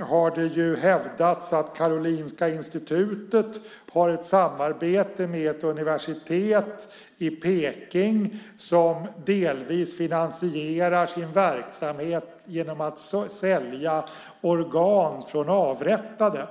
har det ju hävdats att Karolinska Institutet har ett samarbete med universitet i Beijing som delvis finansierar sin verksamhet genom att sälja organ från avrättade.